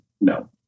No